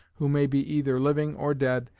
who may be either living or dead,